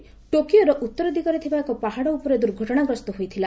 ହେଲିକପୁରଟି ଟୋକିଓର ଉତ୍ତରଦିଗରେ ଥିବା ଏକ ପାହାଡ ଉପରେ ଦୁର୍ଘଟଣାଗ୍ରସ୍ତ ହୋଇଥିଲା